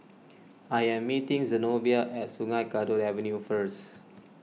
I am meeting Zenobia at Sungei Kadut Avenue first